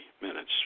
minutes